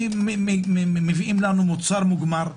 כי מביאים לנו מוצר מוגמר,